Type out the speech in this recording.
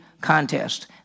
contest